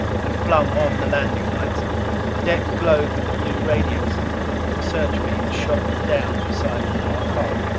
i flung on the landing lights the deck glowed with the blue radiance the searchbeams shot down beside our hull.